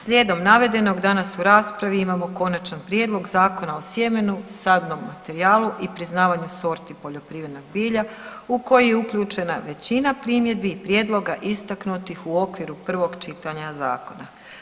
Slijedom navedenog, danas u raspravi imamo Konačan prijedlog Zakona o sjemenu, sadnom materijalu i priznavanju sorti poljoprivrednog bilja u koji je uključena većina primjedbi i prijedloga istaknutih u okviru prvog čitanja zakona.